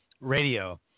Radio